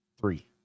three